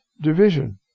division